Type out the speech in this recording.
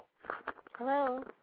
Hello